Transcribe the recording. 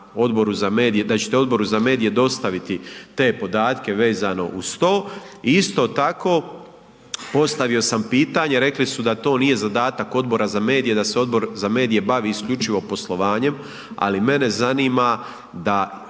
dobro i rekli ste da ćete Odboru za medije dostaviti te podatke vezane uz to. Isto tako postavio sam pitanje, rekli su da to nije zadatak Odbora za medije, da se Odbor za medije bavi isključivo poslovanjem, ali mene zanima da